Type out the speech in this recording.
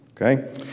Okay